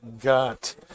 got